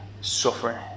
suffering